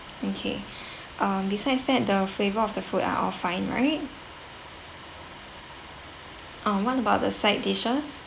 okay um besides that the flavor of the food are all fine right um what about the side dishes